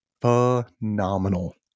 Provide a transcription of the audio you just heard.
phenomenal